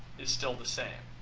is still the same